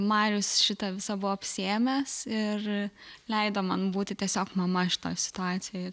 marius šitą visą buvo apsiėmęs ir leido man būti tiesiog mama šitoj situacijoj